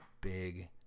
big